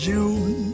June